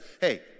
Hey